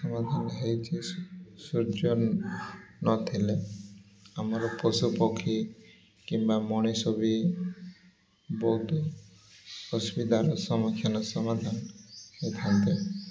ସମାଧାନ ହେଇଛି ସୂର୍ଯ୍ୟ ନଥିଲେ ଆମର ପଶୁପକ୍ଷୀ କିମ୍ବା ମଣିଷ ବି ବହୁତ ଅସୁବିଧାର ସମ୍ମୁଖୀନ ସମାଧାନ ହେଇଥାନ୍ତି